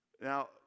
Now